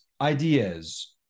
ideas